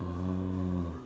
oh